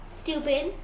stupid